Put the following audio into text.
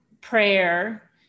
prayer